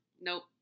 Nope